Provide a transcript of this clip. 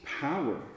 power